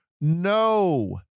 No